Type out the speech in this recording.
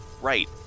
right